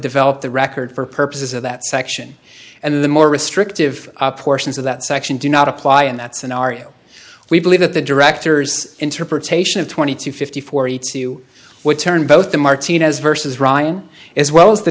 develop the record for purposes of that section and the more restrictive up portions of that section do not apply in that scenario we believe that the director's interpretation of twenty to fifty forty two would turn both the martinez versus ryan as well as the